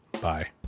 bye